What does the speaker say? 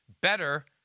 better